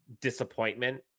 disappointment